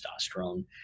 testosterone